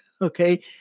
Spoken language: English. okay